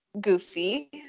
goofy